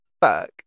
fuck